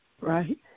Right